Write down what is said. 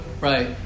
Right